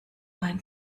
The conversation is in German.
ein